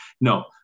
no